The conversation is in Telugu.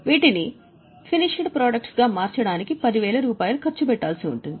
వీటిని ఫినిష్డ్ ప్రొడక్ట్స్ గా మార్చడానికి 10000 రూపాయలు ఖర్చు పెట్టాల్సి ఉంటుంది